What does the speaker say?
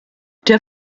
der